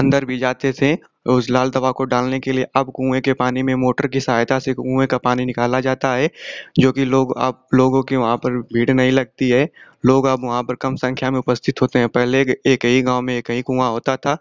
अंदर भी जाते थे उस लाल दवा को डालने के लिए अब कुएँ के पानी में मोटर की सहायता से कुएँ का पानी निकाला जाता है जो कि लोग अब लोगों के वहाँ पर भीड़ नहीं लगती है लोग अब वहाँ पर कम संख्या में उपस्थित होते हैं पहले एक एक ही गाँव में एक ही कुआँ होता था